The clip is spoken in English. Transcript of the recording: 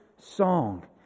song